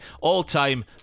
all-time